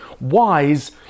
wise